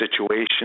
situation